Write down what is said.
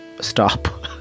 stop